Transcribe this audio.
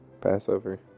Passover